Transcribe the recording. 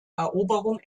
eroberung